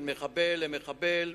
בין מחבל למחבל,